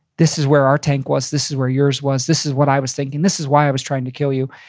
this is where our tank was, this was where yours was. this is what i was thinking. this is why i was trying to kill you.